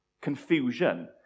Confusion